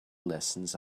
lessons